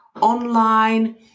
online